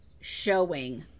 showing